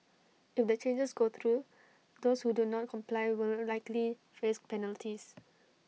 if the changes go through those who do not comply will likely face penalties